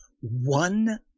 one